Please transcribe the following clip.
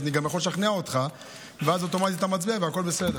אז אני גם יכול לשכנע אותך ואז אוטומטית אתה מצביע והכול בסדר.